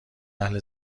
اهل